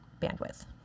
bandwidth